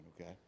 okay